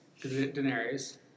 Daenerys